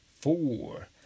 four